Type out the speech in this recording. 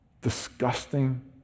disgusting